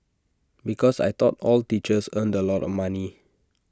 because I thought all teachers earned A lot of money